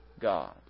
God